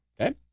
Okay